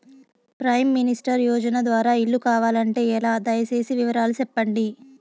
Prime minister యోజన ద్వారా ఇల్లు కావాలంటే ఎలా? దయ సేసి వివరాలు సెప్పండి?